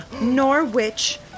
Norwich